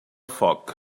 foc